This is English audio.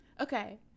Okay